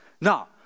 Now